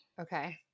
Okay